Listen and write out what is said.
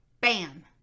bam